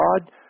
God